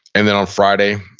and then on friday,